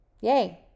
Yay